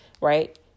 Right